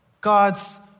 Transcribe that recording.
God's